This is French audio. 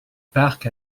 parcs